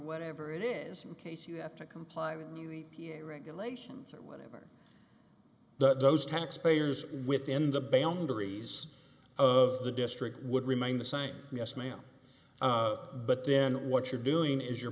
whatever it is in case you have to comply with new e p a regulations or whatever the those taxpayers within the boundaries of the district would remain the same yes ma'am but then what you're doing is you're